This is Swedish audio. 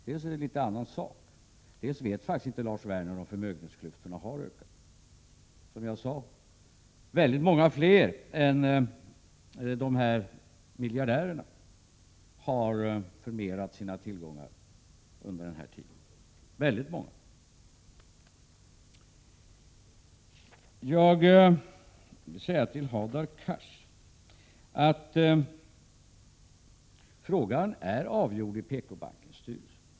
Det är faktiskt litet skillnad på dessa saker, dessutom vet inte Lars Werner om förmögenhetsklyftorna har ökat. Som jag sade har väldigt många fler än miljardärerna förmerat sina tillgångar under denna tid. Till Hadar Cars vill jag säga att frågan är avgjord.i PKbankens styrelse.